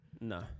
No